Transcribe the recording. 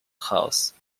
house